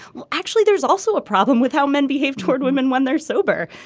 well actually there's also a problem with how men behave toward women when they're sober.